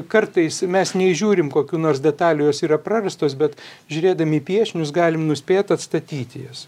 kartais mes neįžiūrim kokių nors detalių jos yra prarastos bet žiūrėdami į piešinius galim nuspėt atstatyti jas